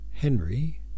Henry